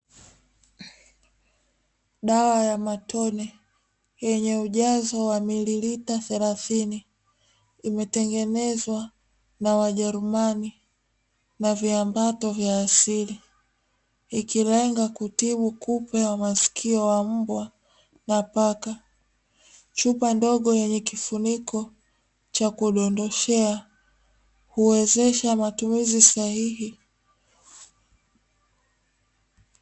Dawa ya matone yenye ujazo wa milimita thelathini, imetengenezwa na wajerumani na viambato vya asili, ikilenga kutibu kupe wa masikio wa mbwa pamoja na paka, chupa ndogo yenye kifuniko cha kudondoshea huwezesha matumizi sahihi.